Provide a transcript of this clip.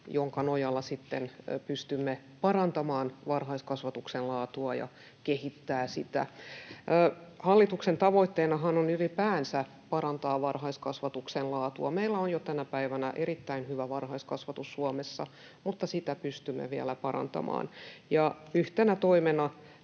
jonka nojalla sitten pystymme parantamaan varhaiskasvatuksen laatua ja kehittämään sitä. Hallituksen tavoitteenahan on ylipäänsä parantaa varhaiskasvatuksen laatua. Meillä on jo tänä päivänä erittäin hyvä varhaiskasvatus Suomessa, mutta sitä pystymme vielä parantamaan. Yhtenä toimena